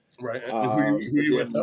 right